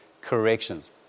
corrections